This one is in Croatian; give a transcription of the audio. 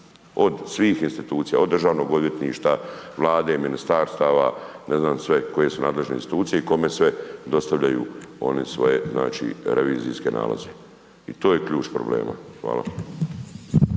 Od svih institucija, od DORH-a, Vlade, ministarstava, ne znam sve koje su nadležne institucije i kome sve dostavljaju one svoje revizijske nalaze. I to je ključ problema. Hvala.